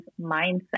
mindset